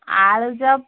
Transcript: ଆଳୁଚପ